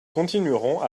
continuerons